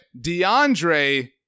deandre